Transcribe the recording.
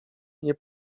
nie